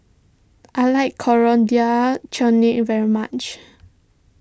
I like Coriander Chutney very much